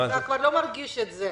אתה כבר לא מרגיש את זה.